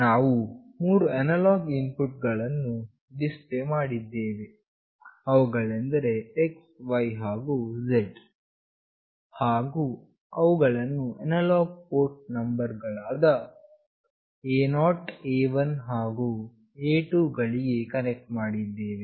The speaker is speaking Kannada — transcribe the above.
ನಾವು ಮೂರು ಅನಲಾಗ್ ಇನ್ಪುಟ್ ಸಿಗ್ನಲ್ ಗಳನ್ನು ಡಿಫೈನ್ ಮಾಡಿದ್ದೇವೆ ಅವುಗಳೆಂದರೆ xyz ಹಾಗು ಅವುಗಳನ್ನು ಅನಲಾಗ್ ಪೋರ್ಟ್ ನಂಬರ್ ಗಳಾದ A0A1 ಹಾಗು A2 ಗಳಿಗೆ ಕನೆಕ್ಟ್ ಮಾಡಿದ್ದೇವೆ